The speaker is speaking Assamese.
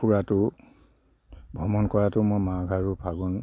ফুৰাটো ভ্ৰমণ কৰাটো মই মাঘ আৰু ফাগুণ